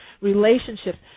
Relationships